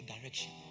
direction